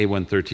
A113